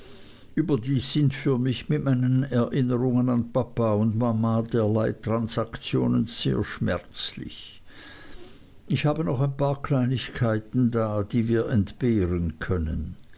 überdies sind für mich mit meinen erinnerungen an papa und mama derlei transaktionen sehr schmerzlich ich habe noch ein paar kleinigkeiten da die wir entbehren können